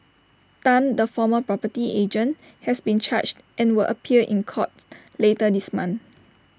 Tan the former property agent has been charged and will appear in court later this month